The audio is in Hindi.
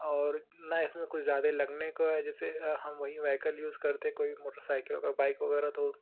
और न इसमें कोई ज़्यादा लगने को है जैसे हम वही व्हेकल यूज करते हैं कोई मोटरसाइकिल कोई बाइक वगैरह